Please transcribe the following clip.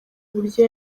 uburyo